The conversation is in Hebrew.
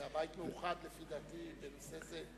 הבית מאוחד, לפי דעתי, בנושא זה.